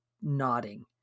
nodding